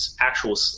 actual